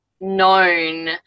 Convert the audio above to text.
known